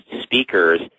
speakers